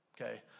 Okay